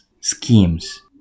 Schemes